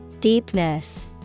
Deepness